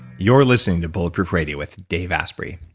you're listening to bulletproof radio with dave asprey.